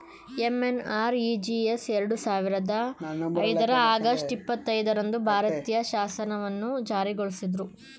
MNREGS ಎರಡು ಸಾವಿರದ ಐದರ ಆಗಸ್ಟ್ ಇಪ್ಪತ್ತೈದು ರಂದು ಭಾರತೀಯ ಶಾಸನವನ್ನು ಜಾರಿಗೊಳಿಸಿದ್ರು